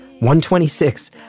126